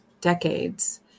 decades